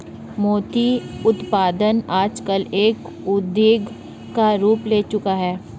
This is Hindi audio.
मोती उत्पादन आजकल एक उद्योग का रूप ले चूका है